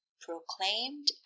proclaimed